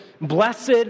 Blessed